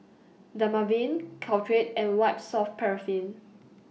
Dermaveen Caltrate and White Soft Paraffin